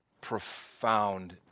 profound